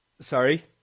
Sorry